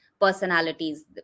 personalities